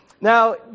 Now